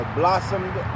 blossomed